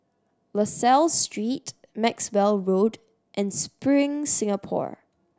La Salle Street Maxwell Road and Spring Singapore